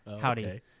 howdy